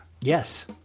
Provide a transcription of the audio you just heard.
Yes